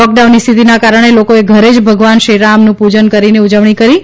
લોકડાઉનની સ્થિતિના કારણે લોકોએ ઘરે જ ભગવાન શ્રીરામનું પૂજન કરીને ઉજવણી કરી હતી